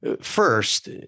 first